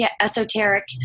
Esoteric